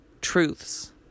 truths